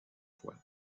fois